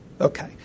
Okay